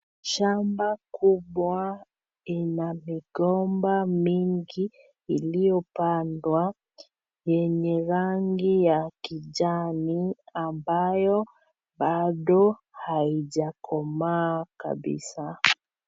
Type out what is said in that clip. Shamba kubwa ina migomba mingi iliyopandwa, yenye rangi ya kijani ambayo bado haijakomaa kabisa.